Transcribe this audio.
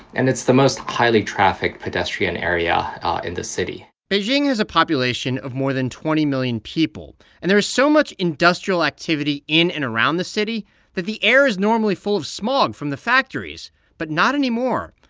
and it's the most highly trafficked pedestrian area in the city beijing has a population of more than twenty million people, and there is so much industrial activity in and around the city that the air is normally full of smog from the factories but not anymore.